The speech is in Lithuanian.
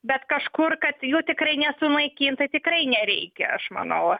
bet kažkur kad jų tikrai nesunaikint tai tikrai nereikia aš manau